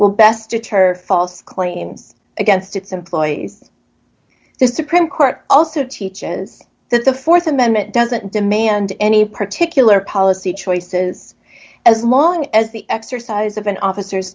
will best deter false claims against its employees the supreme court also teaches that the th amendment doesn't demand any particular policy choices as long as the exercise of an officer